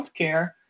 healthcare